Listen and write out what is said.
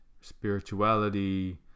spirituality